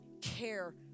care